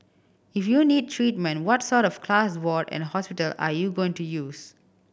if you need treatment what sort of class ward and hospital are you going to use